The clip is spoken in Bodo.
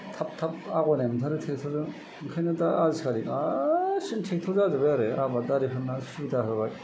थाब थाब आवगायनाय मोन्थारो ट्रेक्टर जों ओंखायनो दा आजिकालि गासैबो ट्रेक्टर जाजोबबाय आरो आबादारिफोरना सुबिदा होबाय